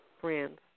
friends